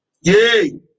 yay